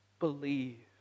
believe